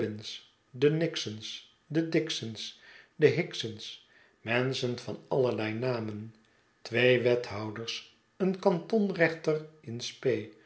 de nixons de dixons en hicksons menschen van allerlei namen twee wethouders een kantonrechter in spe